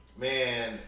man